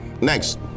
next